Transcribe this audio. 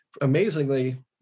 Amazingly